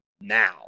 now